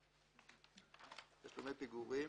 "תשלומי פיגורים"